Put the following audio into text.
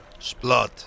splot